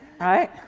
right